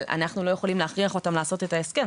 אנחנו לא יכולים להכריח אותם לעשות את ההסכם,